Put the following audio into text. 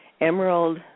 emerald